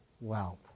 wealth